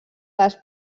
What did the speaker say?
les